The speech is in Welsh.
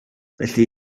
felly